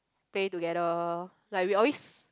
play together like we always